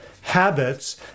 habits